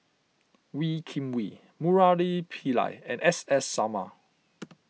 Wee Kim Wee Murali Pillai and S S Sarma